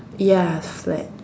ya flag